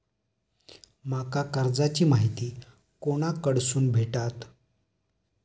माका कर्जाची माहिती कोणाकडसून भेटात?